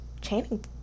Channing